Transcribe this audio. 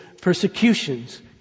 Persecutions